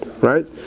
right